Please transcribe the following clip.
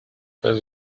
pas